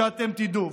שאתם תדעו.